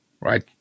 right